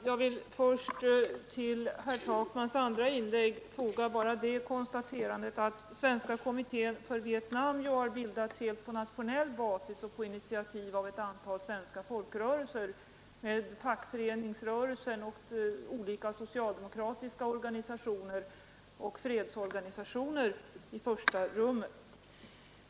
Herr talman! Till herr Takmans andra inlägg vill jag foga det konstaterandet att Svenska kommittén för Vietnam har bildats helt på nationell basis och på initiativ av ett antal svenska folkrörelser med fackföreningsrörelsen och olika socialdemokratiska organisationer och fredsorganisationer i första rummet.